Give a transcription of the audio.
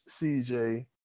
CJ